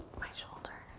my shoulder.